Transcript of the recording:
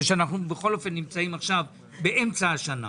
שאנחנו בכל אופן נמצאים עכשיו באמצע השנה,